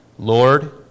Lord